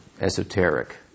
esoteric